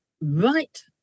right